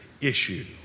issue